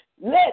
Let